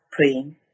praying